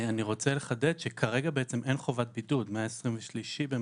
אני רוצה לחדד שכרגע בעצם אין חובת בידוד מ-23 במאי.